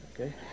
okay